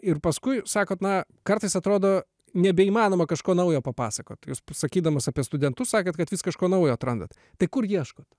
ir paskui sakote na kartais atrodo nebeįmanoma kažko naujo papasakot jūs sakydamas apie studentus sakėt kad vis kažko naujo atrandat tai kur ieškot